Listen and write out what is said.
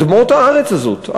אדמות הארץ הזאת,